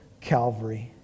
Calvary